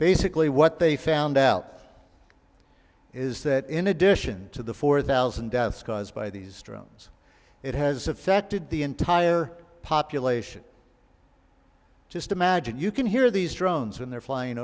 basically what they found out is that in addition to the four thousand deaths caused by these drones it has affected the entire population just imagine you can hear these drones when they're flying